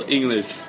English